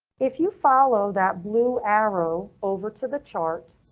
if you follow that blue arrow over to the chart,